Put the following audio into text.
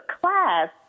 class